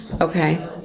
Okay